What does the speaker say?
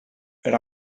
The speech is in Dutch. een